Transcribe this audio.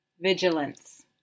Vigilance